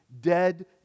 dead